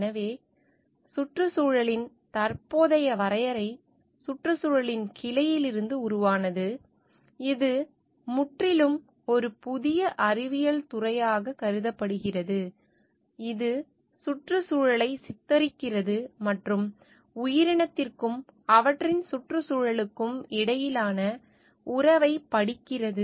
எனவே சுற்றுச்சூழலின் தற்போதைய வரையறை சுற்றுச்சூழலின் கிளையிலிருந்து உருவானது இது முற்றிலும் ஒரு புதிய அறிவியல் துறையாகக் கருதப்படுகிறது இது சுற்றுச்சூழலை சித்தரிக்கிறது மற்றும் உயிரினத்திற்கும் அவற்றின் சுற்றுச்சூழலுக்கும் இடையிலான உறவைப் படிக்கிறது